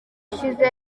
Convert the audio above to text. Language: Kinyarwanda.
ushize